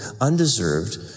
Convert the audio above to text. undeserved